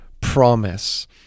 promise